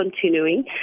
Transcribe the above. continuing